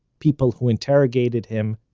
people who interrogated him,